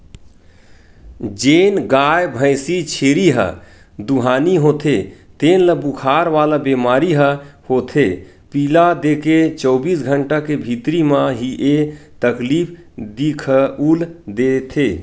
जेन गाय, भइसी, छेरी ह दुहानी होथे तेन ल बुखार वाला बेमारी ह होथे पिला देके चौबीस घंटा के भीतरी म ही ऐ तकलीफ दिखउल देथे